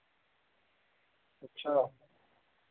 अच्छा